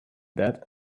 that